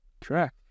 Correct